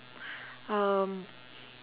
um